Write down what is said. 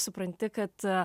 supranti kad